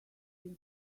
city